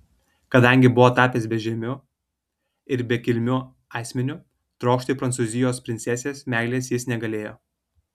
kadangi buvo tapęs bežemiu ir bekilmiu asmeniu trokšti prancūzijos princesės meilės jis negalėjo